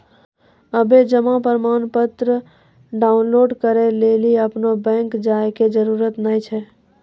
आबे जमा प्रमाणपत्र डाउनलोड करै लेली अपनो बैंक जाय के जरुरत नाय छै